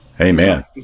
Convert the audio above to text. Amen